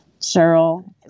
Cheryl